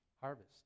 harvest